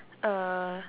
uh